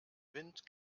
wind